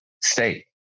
state